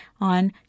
on